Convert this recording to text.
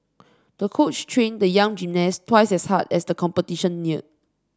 the coach trained the young gymnast twice as hard as the competition neared